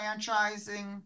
franchising